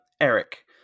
Eric